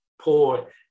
Poor